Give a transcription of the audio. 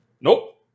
Nope